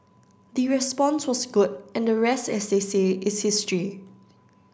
the response was good and the rest as they say is history